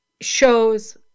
shows